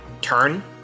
turn